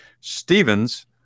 Stevens